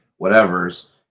whatevers